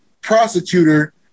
prosecutor